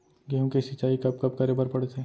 गेहूँ के सिंचाई कब कब करे बर पड़थे?